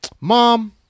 Mom